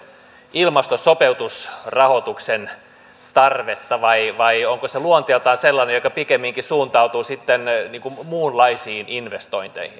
ilmastosopeutusrahoituksen tarvetta vai vai onko se luonteeltaan sellainen joka pikemminkin suuntautuu muunlaisiin investointeihin